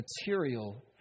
material